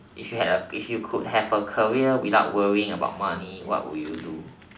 if you have if you have a career without worrying about the money what would you do